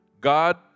God